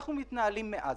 אנחנו מתנהלים מאז.